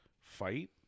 fight